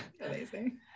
Amazing